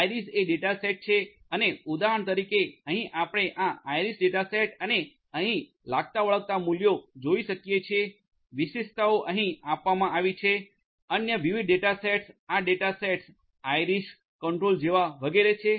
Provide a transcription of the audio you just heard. iris એ data set છે અને ઉદાહરણ તરીકે અહીં આપણે આ આઇરિસ ડેટા સેટ અને અહીં લાગતાવળગતા મૂલ્યો જોઈ શકીએ છીએ વિશેષતાઓ અહીં આપવામાં આવી છે અન્ય વિવિધ ડેટા સેટ્સ આ ડેટા સેટ આઇરિસ કંટ્રોલ જેવા વગેરે છે